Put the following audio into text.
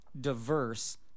diverse